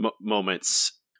moments